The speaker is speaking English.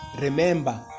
remember